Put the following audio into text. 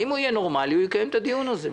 אם הוא יהיה נורמלי הוא יקיים את הדיון הזה,